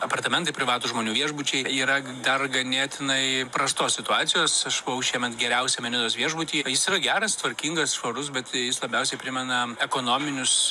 apartamentai privatūs žmonių viešbučiai yra dar ganėtinai prastos situacijos aš buvau šiemet geriausiame nidos viešbuty jis yra geras tvarkingas švarus bet jis labiausiai primena ekonominius